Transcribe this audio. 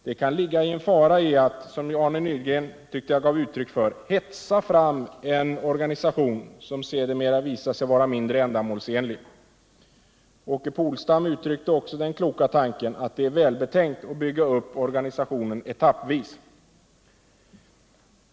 Det kan ligga en fara i att, som jag tyckte Arne Nygren ville göra, hetsa fram en organisation som sedermera visar sig vara mindre ändamålsenlig. Åke Polstam uttryckte också den kloka tanken att det är välbetänkt att bygga upp organisationen etappvis.